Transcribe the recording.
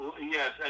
yes